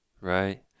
right